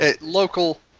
local